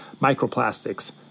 microplastics